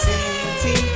City